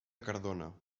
cardona